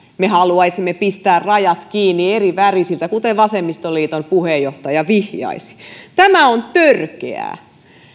me haluaisimme pistää rajat kiinni erivärisiltä kuten vasemmistoliiton puheenjohtaja vihjasi tämä on törkeää